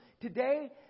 Today